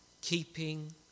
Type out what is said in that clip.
keeping